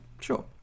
Sure